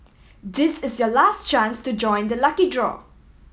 this is your last chance to join the lucky draw